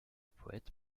poète